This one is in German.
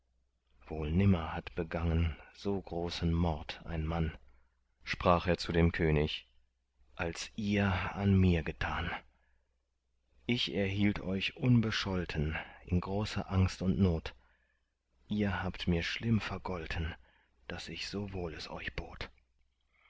wohl nimmer hat begangen so großen mord ein mann sprach er zu dem könig als ihr an mir getan ich erhielt euch unbescholten in großer angst und not ihr habt mir schlimm vergolten daß ich so wohl es euch bot